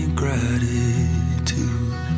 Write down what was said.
gratitude